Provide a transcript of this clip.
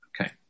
Okay